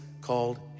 called